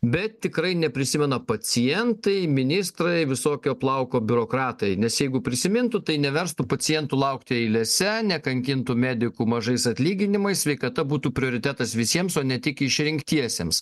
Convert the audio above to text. bet tikrai neprisimena pacientai ministrai visokio plauko biurokratai nes jeigu prisimintų tai neverstų pacientų laukti eilėse nekankintų medikų mažais atlyginimais sveikata būtų prioritetas visiems o ne tik išrinktiesiems